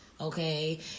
okay